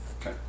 Okay